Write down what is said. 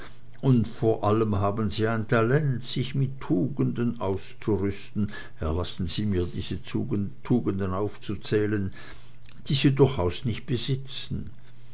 und vor allem haben sie ein talent sich mit tugenden auszurüsten erlassen sie mir diese tugenden aufzuzählen die sie durchaus nicht besitzen